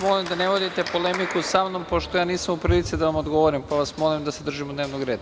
Molim vas da ne vodite polemiku samnom pošto nisam u prilici da vam odgovorim, pa vas molim da se držimo dnevnog reda.